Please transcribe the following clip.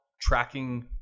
tracking